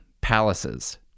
palaces